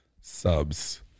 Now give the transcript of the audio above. Subs